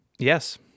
Yes